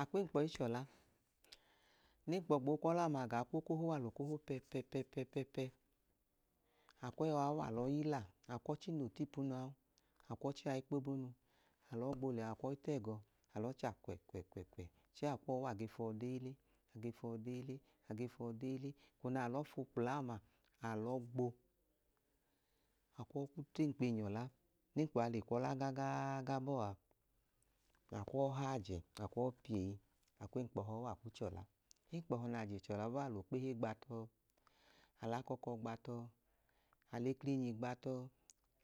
A kwu enkpọ i chọla, nẹ enkpọ gboo kwọla ọma, a gaa kwu okoho u, a lẹ okoho pẹ. pẹ, pẹ, pẹ. a kwu ẹẹwa u, a lọọ yila. A kwu ọchi noo ta ipunu a u a kwu ọchi a ii kpo bonu. A lọọ gbo liya, a kwu ọọ i ta ẹgọ. A lọọ cha kpẹ, kpẹ, kpẹ. Chẹẹ a kwu ọọ u, a ge fọọ beele, a ge fọọ beele, a ge fọọ beele. Eko nẹ a lọọ fu kpla ọma, a lọọ gbo, a kwu ọọ i kwu ta enkpọ enyọla, nẹ enkpọ a le kwọla gagaaga bọọ a, a kwu ọọ hayi ajẹ. A kwu ọọ i piyeyi. A kwu enkpọ ọhọ u, a kwu chọla. Enkpọ ọhọ nẹ a je chọla bọọ a, a lẹ okpehe gba tọ. A lẹ akọkọ gba tọ. alẹ iklinyi tọ.